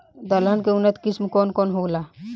दलहन के उन्नत किस्म कौन कौनहोला?